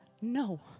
No